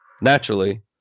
Naturally